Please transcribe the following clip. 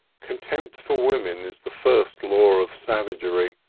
contempt for women is the first law of savagery,